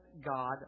God